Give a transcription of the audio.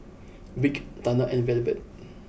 Vic Tana and Velvet